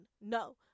No